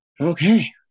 okay